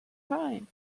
crime